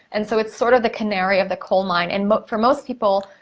and so, it's sort of the canary of the coal mine. and but for most people,